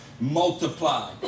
Multiply